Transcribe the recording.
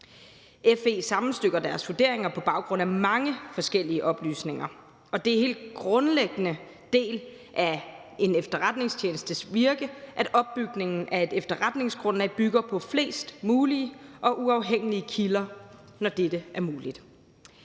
FE sammenstykker deres vurderinger på baggrund af mange forskellige oplysninger, og det er helt grundlæggende en del af en efterretningstjenestes virke, at opbygningen af et efterretningsgrundlag bygger på flest mulige og uafhængige kilder, når dette er muligt.